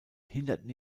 hinderten